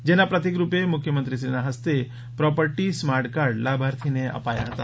જેના પ્રતિક રૂપે મુખ્યમંત્રીશ્રીના હસ્તે પ્રોપર્ટી સ્માર્ટ કાર્ડ લાભાર્થીને અપાયા હતા